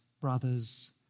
brothers